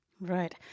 Right